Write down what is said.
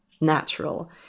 natural